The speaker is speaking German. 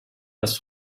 das